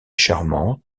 charmant